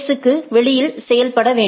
க்கு வெளியில் ரூட் செய்யப்பட வேண்டும்